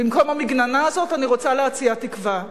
במקום המגננה הזאת, אני רוצה להציע תקווה.